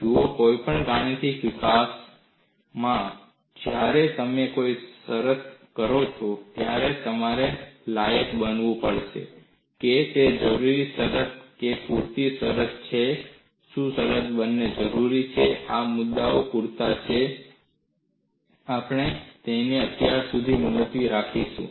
જુઓ કોઈપણ ગાણિતિક વિકાસમાં જ્યારે તમે કોઈ શરત કહો છો ત્યારે તમારે લાયક બનવું પડશે કે તે જરૂરી શરત છે કે પૂરતી શરત છે શું શરત બંને જરૂરી છે અને આ મુદ્દાઓ પૂરતા છે આપણે તેને અત્યારે મુલતવી રાખીશું